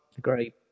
Great